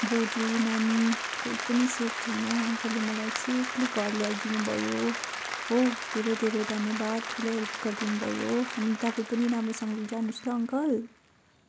बोजू नानी कोही पनि सेफ छैन अङ्कलले मलाई सेफली घर ल्याइदिनु भयो हो धेरै धेरै धन्यवाद ठुलै हेल्प गरिदिनु भयो अनि तपाईँ पनि राम्रोसँगले जानुहोस् ल अङ्कल